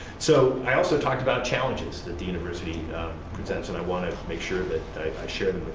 so i also talked about challenges that the university presents and i want to make sure that i share